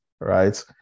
right